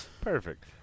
Perfect